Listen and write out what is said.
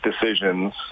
decisions